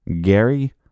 Gary